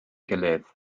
gilydd